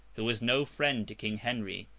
who was no friend to king henry,